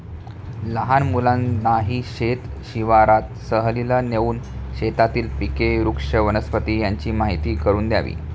लहान मुलांनाही शेत शिवारात सहलीला नेऊन शेतातील पिके, वृक्ष, वनस्पती यांची माहीती करून द्यावी